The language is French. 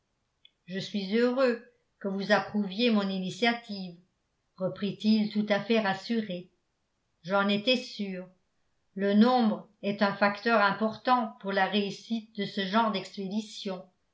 je suis heureux que vous approuviez mon initiative reprit-il tout à fait rassuré j'en étais sûr le nombre est un facteur important pour la réussite de ce genre d'expédition